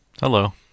Hello